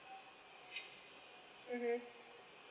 mmhmm